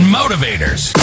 motivators